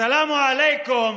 א-סלאם עליכום,